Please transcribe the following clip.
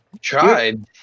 Tried